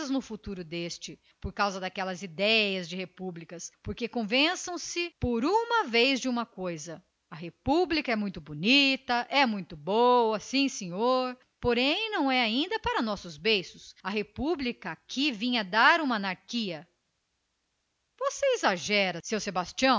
no futuro deste por causa daquelas idéias de repúblicas porque convençam se por uma vez de uma coisa a república é muito bonita é muito boa sim senhor porém não é ainda para os nossos beiços a república aqui vinha dar em anarquia você exagera seu